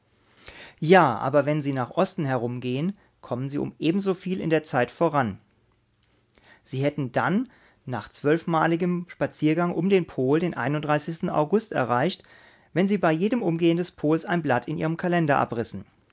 ja aber wenn sie nach osten herumgehen kommen sie um ebensoviel in der zeit voran sie hätten dann nach zwölfmaligem spaziergang um den pol den august erreicht wenn sie bei jedem umgehen des pols ein blatt in ihrem kalender abrissen